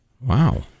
Wow